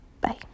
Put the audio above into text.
Bye